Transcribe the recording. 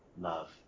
love